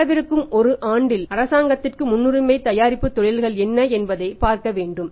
வரவிருக்கும் ஒரு ஆண்டில் அரசாங்கத்திற்கு முன்னுரிமை தயாரிப்பு தொழில்கள் என்ன என்பதை பார்க்க வேண்டும்